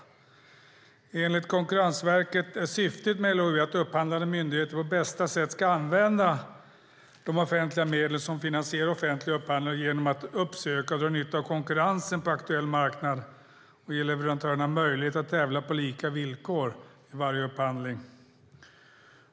Enligt Konkurrensverket är syftet med LOU att upphandlande myndigheter på bästa sätt ska använda de offentliga medel som finansierar offentliga upphandlingar genom att uppsöka och dra nytta av konkurrensen på aktuell marknad och ge leverantörerna möjlighet att tävla på lika villkor i varje upphandling.